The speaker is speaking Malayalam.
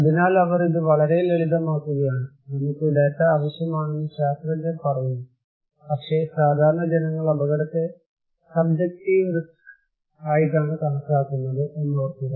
അതിനാൽ അവർ ഇത് വളരെ ലളിതമാക്കുകയാണ് നമുക്ക് ഡാറ്റ ആവശ്യമാണെന്ന് ശാസ്ത്രജ്ഞർ പറയുന്നു പക്ഷേ സാധാരണ ജനങ്ങൾ അപകടത്തെ സബ്ജെക്റ്റീവ് റിസ്ക് ആയിട്ടാണ് കണക്കാക്കുന്നത് എന്ന് ഓർക്കുക